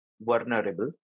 vulnerable